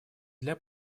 для